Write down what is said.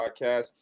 podcast